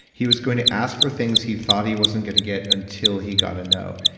he was going to ask for things he thought he wasn't going to get until he got a no.